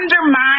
undermine